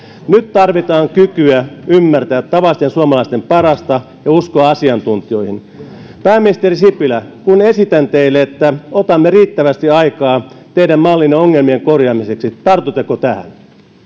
nyt tarvitaan kykyä ymmärtää tavallisten suomalaisten parasta ja uskoa asiantuntijoihin pääministeri sipilä kun esitän teille että otamme riittävästi aikaa teidän mallinne ongelmien korjaamiseksi tartutteko tähän